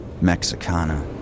Mexicana